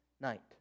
night